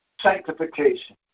sanctification